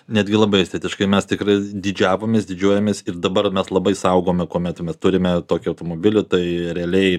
netgi labai estetiškai mes tikrai didžiavomės didžiuojamės ir dabar mes labai saugome kuomet mes turime tokį automobilį tai realiai